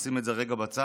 לשים את זה רגע בצד.